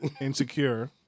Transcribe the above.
insecure